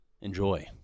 Enjoy